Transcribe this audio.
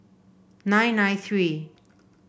nine nine three